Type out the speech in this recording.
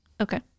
Okay